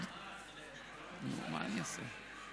נו, מה אני אעשה?